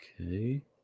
Okay